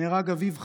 נהרג אביב חזן,